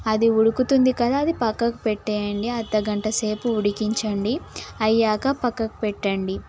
అది ఉడుకుతుంది కదా అది పక్కకు పెట్టేయండి అర్ధగంట సేపు ఉడికించండి అయ్యాక పక్కకు పెట్టండి